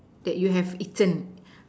that you have eaten